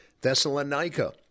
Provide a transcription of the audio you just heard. Thessalonica